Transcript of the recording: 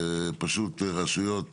זה פשוט רשויות